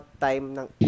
time